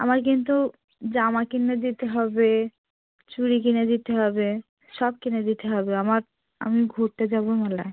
আমার কিন্তু জামা কিনে দিতে হবে চুড়ি কিনে দিতে হবে সব কিনে দিতে হবে আমার আমি ঘুরতে যাবো মেলায়